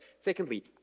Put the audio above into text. Secondly